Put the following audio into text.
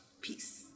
Peace